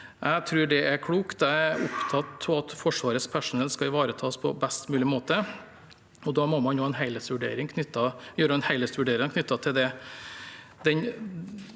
Jeg tror det er klokt. Jeg er opptatt av at Forsvarets personell skal ivaretas på best mulig måte. Da må man gjøre en helhetsvurdering knyttet til den